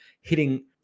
hitting